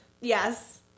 Yes